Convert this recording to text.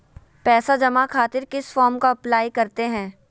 पैसा जमा खातिर किस फॉर्म का अप्लाई करते हैं?